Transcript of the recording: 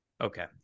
Okay